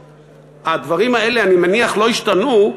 הדברים האלה, אני מניח, לא השתנו,